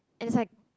as like